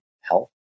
health